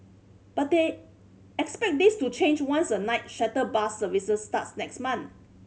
but they expect this to change once a night shuttle bus service starts next month